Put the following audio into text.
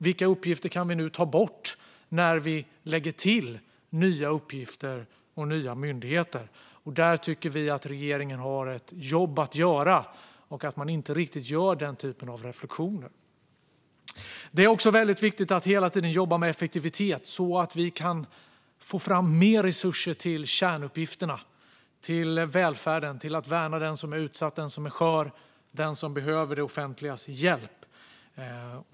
Vilka uppgifter kan vi ta bort när vi lägger till nya uppgifter och skapar nya myndigheter? Där tycker vi att regeringen har ett jobb att göra. Man gör inte riktigt den typen av reflektioner. Det är också viktigt att hela tiden jobba med effektivitet så att vi kan få fram mer resurser till kärnuppgifterna, till välfärden och till att värna den som är utsatt, den som är skör och den som behöver det offentligas hjälp.